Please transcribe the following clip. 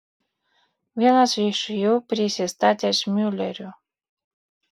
vienas iš jų prisistatęs miuleriu